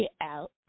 out